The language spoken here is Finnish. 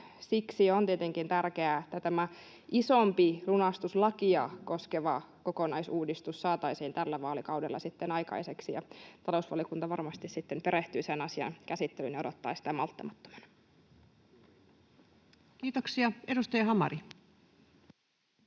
siksi on tietenkin tärkeää, että tämä isompi, lunastuslakia koskeva kokonaisuudistus saataisiin tällä vaalikaudella aikaiseksi. Talousvaliokunta varmasti sitten perehtyy sen asian käsittelyyn ja odottaa sitä malttamattomana Kiitoksia. — Edustaja Hamari.